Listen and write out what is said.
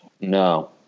No